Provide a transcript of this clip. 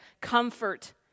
Comfort